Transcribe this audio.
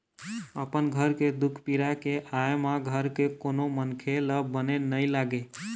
अपन घर के दुख पीरा के आय म घर के कोनो मनखे ल बने नइ लागे